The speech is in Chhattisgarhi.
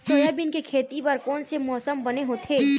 सोयाबीन के खेती बर कोन से मौसम बने होथे?